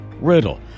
Riddle